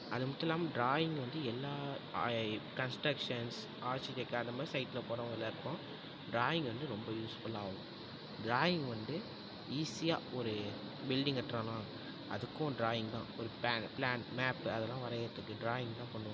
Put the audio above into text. அது மட்டும் இல்லாமல் ட்ராயிங் வந்து எல்லா கன்ஸ்டெக்ஷன்ஸ் ஆர்ச்சிடெக் அந்த மாதிரி சைடில் போகிறவங்க எல்லோருக்கும் ட்ராயிங் வந்து ரொம்ப யூஸ்ஃபுல்லாகவும் ட்ராயிங் வந்து ஈஸியாக ஒரு பில்டிங் கட்டுறானா அதுக்கும் ட்ராயிங் தான் ஒரு ப்ளானு ப்ளான் மேப்பு அதெல்லாம் வரையறதுக்கு ட்ராயிங் தான் பண்ணுவோம்